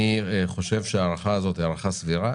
אני חושב שההארכה הזאת סבירה